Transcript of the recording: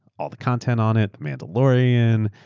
all the content on it, mandalorian,